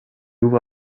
ouvre